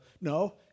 no